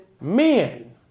Men